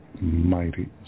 mighty